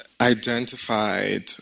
identified